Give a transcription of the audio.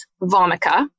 Vomica